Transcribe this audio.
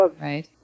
right